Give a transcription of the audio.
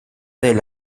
del